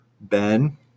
Ben